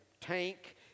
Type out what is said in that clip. tank